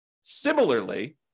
Similarly